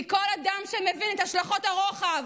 כי כל אדם שמבין את השלכות הרוחב